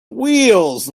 wheels